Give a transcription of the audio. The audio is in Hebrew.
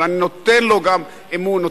אבל אני נותן אמון,